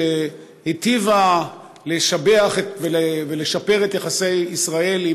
שהיטיבה להשביח ולשפר את יחסי ישראל עם